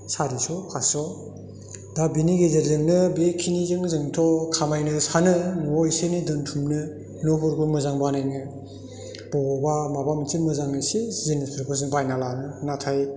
सारिस' पास्स' दा बिनि गेजेरजोंनो बेखिनिजों जोंथ' खामायनो सानो न'आव एसे एनै दोनथुमनो न'फोरखौ मोजां बानायनो बबावबा माबा मोनसे मोजां एसे जिनिसफोरखौ जों बायना लानो नाथाय